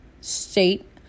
state